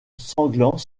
sanglants